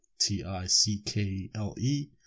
T-I-C-K-L-E